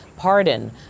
pardon